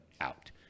out